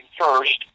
first